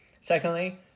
Secondly